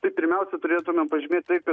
tai pirmiausia turėtumėm pažymėt tai kad